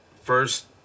first